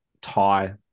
tie